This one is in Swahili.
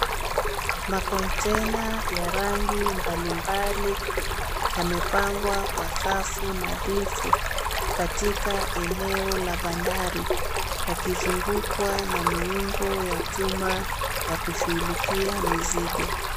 Makontena ya rangi mbali mbali yamepangwa kwa safu nadhifu katika eneo la bandari yakizungikwa na miungu ya chuma yakushughulikia mizigo.